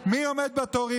אוטובוסים, מי עומד בתור?